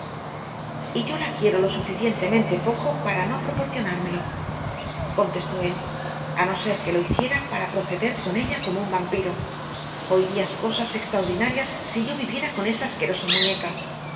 y la devores y yo la quiero lo suficientemente poco para no proponérmelo contestó él a no ser que lo hiciera para proceder con ella como un vampiro oirías cosas extraordinarias si yo viviera con esa asquerosa muñeca